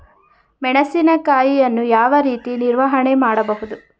ಮೆಣಸಿನಕಾಯಿಯನ್ನು ಯಾವ ರೀತಿ ನಿರ್ವಹಣೆ ಮಾಡಬಹುದು?